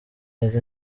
neza